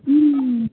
ம் ம்